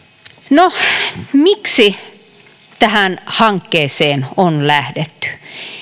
no miksi tähän hankkeeseen on lähdetty